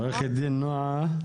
עורכת דין נועה.